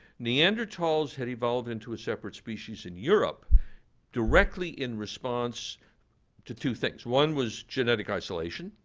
neanderthals had evolved into a separate species in europe directly in response to two things. one was genetic isolation,